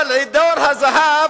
אבל תור הזהב